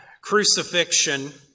crucifixion